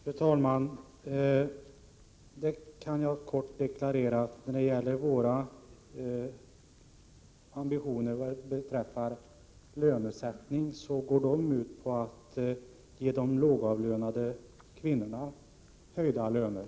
Fru talman! Jag kan kort deklarera, att när det gäller våra ambitioner beträffande lönesättning så går de ut på att ge de lågavlönade kvinnorna höjda löner.